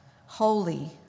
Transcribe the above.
holy